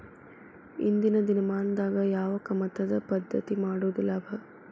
ಇಂದಿನ ದಿನಮಾನದಾಗ ಯಾವ ಕಮತದ ಪದ್ಧತಿ ಮಾಡುದ ಲಾಭ?